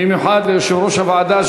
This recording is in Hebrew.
במיוחד ליושב-ראש הוועדה,